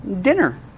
dinner